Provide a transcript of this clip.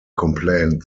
complained